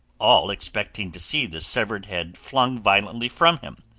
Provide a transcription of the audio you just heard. all expecting to see the severed head flung violently from him.